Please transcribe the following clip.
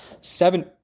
seven